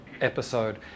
episode